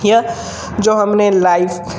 यह जो हम ने लाइव